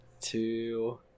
two